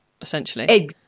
essentially